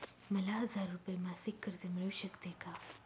मला हजार रुपये मासिक कर्ज मिळू शकते का?